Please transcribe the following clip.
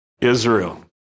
Israel